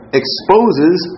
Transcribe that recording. exposes